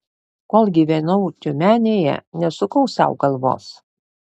kol gyvenau tiumenėje nesukau sau galvos